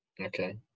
Okay